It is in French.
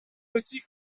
aussi